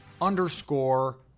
underscore